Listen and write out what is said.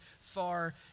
far